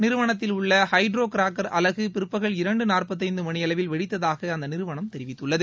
நிறுவனத்தில் உள்ள hydro cracker அலகு பிற்பகல் இரண்டு நாற்பத்தைந்து மணியளவில் வெடித்ததாக அந்த நிறுவனம் தெரிவித்துள்ளது